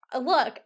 Look